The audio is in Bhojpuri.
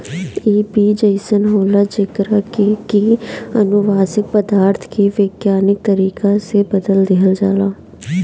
इ बीज अइसन होला जेकरा के की अनुवांशिक पदार्थ के वैज्ञानिक तरीका से बदल देहल जाला